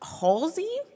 Halsey